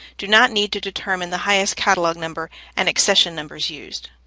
do not need to determine the highest catalog number and accession numbers used.